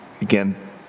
Again